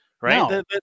right